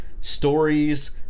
stories